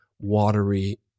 watery